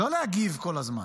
לא להגיב כל הזמן.